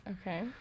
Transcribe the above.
Okay